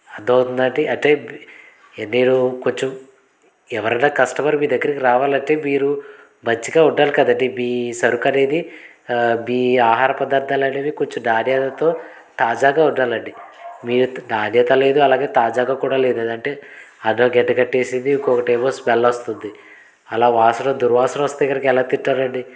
అర్థమవుతుందా అండి అంటే మీరు కొంచెం ఎవరన్నా కస్టమర్ మీ దగ్గరికి రావాలంటే మీరు మంచిగా ఉండాలి కదండీ మీ సరుకు అనేది మీ ఆహార పదార్థాలు అనేవి కొంచెం నాణ్యతతో తాజాగా ఉండాలండి మీరు నాణ్యత లేదు అలాగే తాజాగా కూడా లేదు అంటే అది ఒకటేమో గడ్డకట్టేసింది ఇంకోటేమో స్మెల్ వస్తుంది అలా వాసన దుర్వాసన వస్తే కనుక ఎలా తింటారండీ